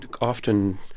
often